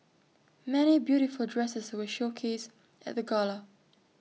many beautiful dresses were showcased at the gala